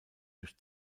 durch